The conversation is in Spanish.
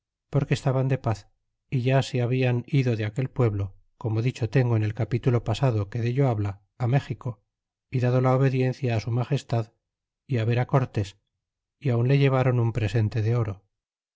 porque estaban de paz é ya se hablan ido de aquel pueblo como dicho tengo en el capítulo pasado que dello habla méxico y dado la obediencia su magestad é ver cortés y aun le llevron un presente de oro